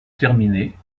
terminée